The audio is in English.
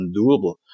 undoable